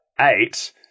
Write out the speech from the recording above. eight